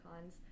cons